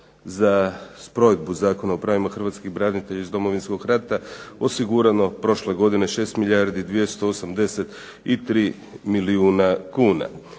za provedbu Zakona o pravima hrvatskih branitelja iz Domovinskog rata osigurano prošle godine 6 milijardi 283 milijuna kuna,